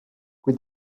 kui